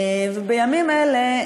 בימים אלה,